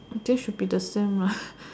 I think should be the same